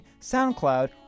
SoundCloud